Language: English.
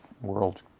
world